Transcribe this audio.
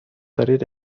دارید